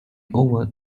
over